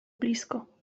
blisko